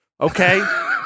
Okay